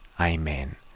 Amen